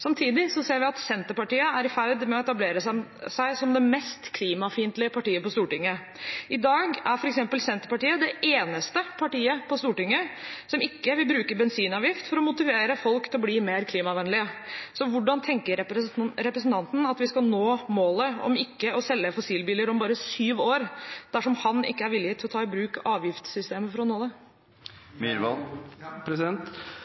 Samtidig ser vi at Senterpartiet er i ferd med å etablere seg som det mest klimafiendtlige partiet på Stortinget. I dag er f.eks. Senterpartiet det eneste partiet på Stortinget som ikke vil bruke bensinavgift for å motivere folk til å bli mer klimavennlige. Så hvordan tenker representanten Myhrvold at vi skal nå målet om ikke å selge fossilbiler om bare syv år dersom han ikke er villig til å ta i bruk avgiftssystemet for å nå